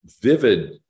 vivid